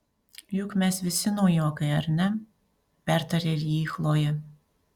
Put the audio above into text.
juk mes visi naujokai ar ne pertarė jį chlojė